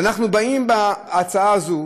אנחנו באים בהצעה הזאת